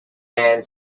hand